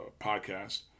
podcast